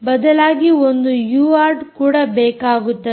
ಬದಲಾಗಿ ಒಂದು ಯುಆರ್ಟ್ ಕೂಡ ಬೇಕಾಗುತ್ತದೆ